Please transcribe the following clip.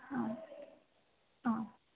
हा अस्तु हा